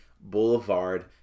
Boulevard